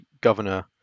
governor